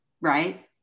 right